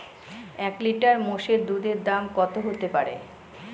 এক লিটার মোষের দুধের দাম কত হতেপারে?